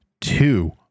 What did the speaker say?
two